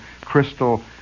crystal